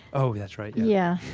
oh, that's right, yeah